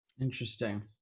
interesting